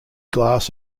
glass